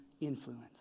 influence